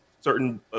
certain